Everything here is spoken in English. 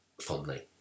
Fondly